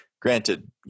Granted